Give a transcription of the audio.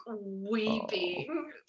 weeping